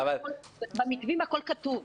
במתווים הכול כתוב.